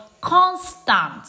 constant